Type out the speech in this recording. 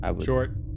Short